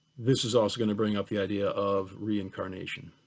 this is also going to bring up the idea of reincarnation.